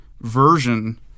version